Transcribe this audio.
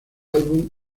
álbum